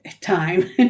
time